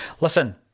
Listen